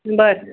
बरं